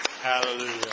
Hallelujah